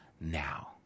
now